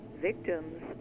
Victims